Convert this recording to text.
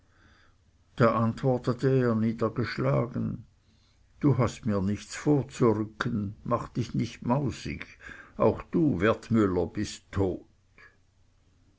da antwortete er niedergeschlagen du hast mir nichts vorzurücken mach dich nicht mausig auch du wertmüller bist tot